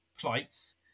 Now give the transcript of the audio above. plights